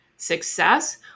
success